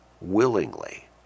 Willingly